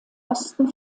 osten